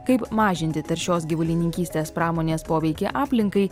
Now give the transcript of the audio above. kaip mažinti taršios gyvulininkystės pramonės poveikį aplinkai